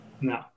No